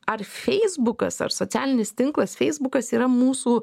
ar feisbukas ar socialinis tinklas feisbukas yra mūsų